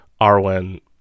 Arwen